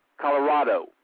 Colorado